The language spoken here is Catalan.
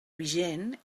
vigent